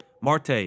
Marte